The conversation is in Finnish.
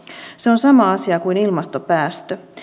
se on sama asia kuin ilmastopäästö